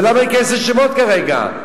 אבל למה להיכנס לשמות כרגע?